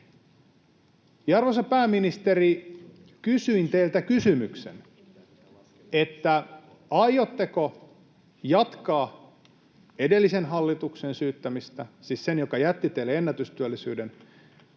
Arvoisa pääministeri, kysyin teiltä kysymyksen: aiotteko jatkaa edellisen hallituksen syyttämistä, siis sen, joka jätti teille ennätystyöllisyyden,